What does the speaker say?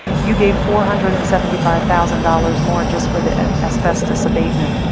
you gave four hundred and seventy five thousand dollars more just for the asbestos abatement.